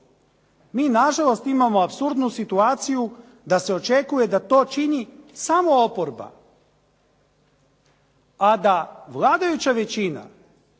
Mi nažalost imamo apsurdnu situaciju da se očekuje da to čini samo oporba, a da vladajuća većina